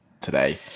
today